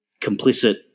complicit